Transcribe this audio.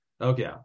Okay